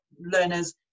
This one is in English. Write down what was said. learners